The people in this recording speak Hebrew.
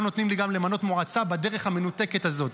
נותנים לי גם למנות מועצה בדרך המנותקת הזאת.